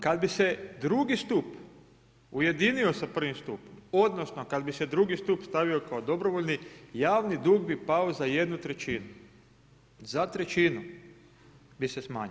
Kad bi se drugi stup ujedinio sa prvim stupom, odnosno kad bi se drugi stup stavio kao dobrovoljni, javni dug bi pao za 1/3, za trećinu bi se smanjio.